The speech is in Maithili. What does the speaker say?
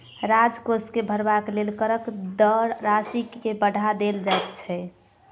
राजकोष के भरबाक लेल करक दर राशि के बढ़ा देल जाइत छै